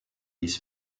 his